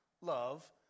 love